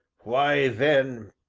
why, then,